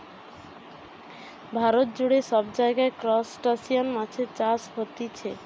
ভারত জুড়ে সব জায়গায় ত্রুসটাসিয়ান মাছের চাষ হতিছে